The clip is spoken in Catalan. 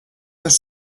dos